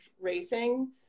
racing